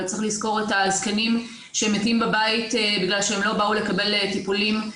אבל צריך לזכור את הזקנים שמתים בבית כיוון שהם לא באו לקבל טיפולים,